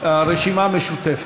הרשימה המשותפת.